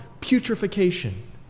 putrefaction